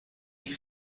que